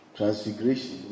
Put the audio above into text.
Transfiguration